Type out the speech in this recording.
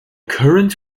current